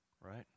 Right